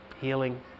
healing